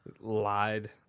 Lied